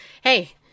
Hey